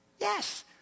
Yes